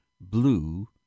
blue